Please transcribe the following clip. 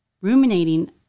ruminating